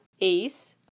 Ace